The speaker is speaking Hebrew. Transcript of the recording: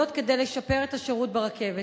וזאת כדי לשפר את השירות ברכבות.